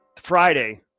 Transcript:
Friday